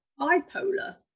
bipolar